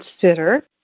consider